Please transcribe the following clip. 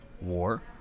war